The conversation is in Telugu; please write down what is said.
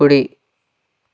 కుడి